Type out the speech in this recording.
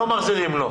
לא מחזירים לו.